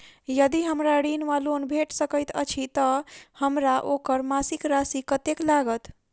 यदि हमरा ऋण वा लोन भेट सकैत अछि तऽ हमरा ओकर मासिक राशि कत्तेक लागत?